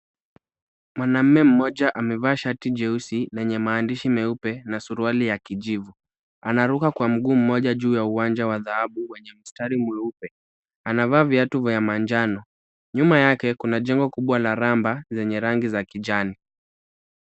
Mwanamume mmoja amevaa shati jeusi lenye maandishi meupe na suruali ya kijivu anaruka kwa mguu mmoja juu ya uwanja wa dhahabu wenye mstari mweupe. Anavaa viatu vya manjano, nyuma yake kuna jengo kubwa la ramba zenye rangi ya kijani.